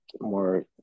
more